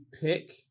pick